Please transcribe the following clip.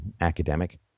academic